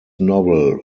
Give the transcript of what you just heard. novel